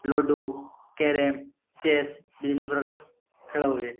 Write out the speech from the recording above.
ludo carrom chess ବିଭିନ୍ନ ପ୍ରକାର ଖେଳ ହୁଏ